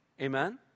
Amen